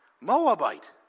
Moabite